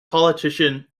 politician